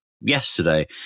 yesterday